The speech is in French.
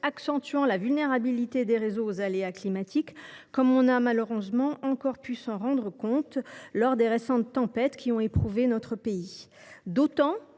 accentuant la vulnérabilité des réseaux aux aléas climatiques, comme l’on a malheureusement encore pu s’en rendre compte lors des récentes tempêtes qui ont éprouvé notre pays. C’est